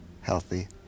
healthy